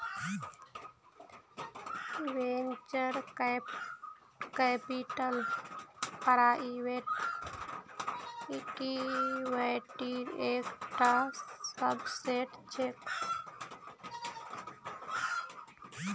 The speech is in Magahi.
वेंचर कैपिटल प्राइवेट इक्विटीर एक टा सबसेट छे